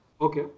Okay